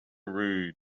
rude